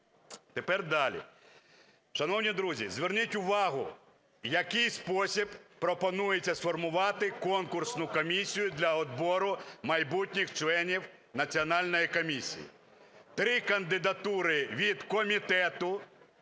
Тепер далі. Шановні друзі, зверніть увагу, в який спосіб пропонується сформувати конкурсну комісію для відбору майбутніх членів Національної комісії. Три кандидатури від Комітету